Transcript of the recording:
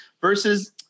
versus